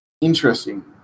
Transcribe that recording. interesting